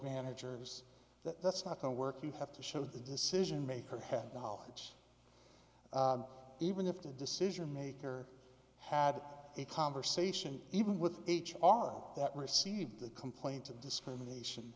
managers that's not going to work you have to show the decision maker had knowledge even if the decision maker had a conversation even with h r that received the complaint of discrimination